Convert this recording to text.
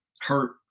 hurt